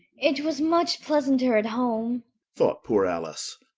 it was much pleasanter at home thought poor alice,